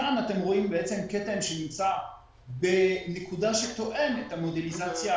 כאן אתם רואים כתם שנמצא בנקודה שתואמת את המודליזציה